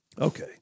Okay